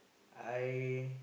I